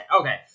Okay